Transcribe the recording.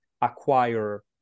acquire